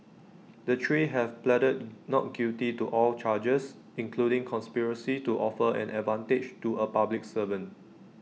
the three have pleaded not guilty to all charges including conspiracy to offer an advantage to A public servant